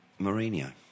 Mourinho